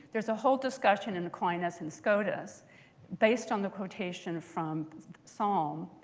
there's a whole discussion in aquinas and scotus based on the quotation from psalm.